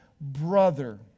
brother